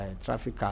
traffic